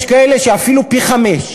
יש כאלה שאפילו פי-חמישה.